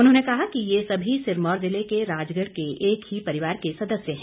उन्होंने कहा कि ये सभी सिरमौर ज़िले के राजगढ़ के एक ही परिवार के सदस्य हैं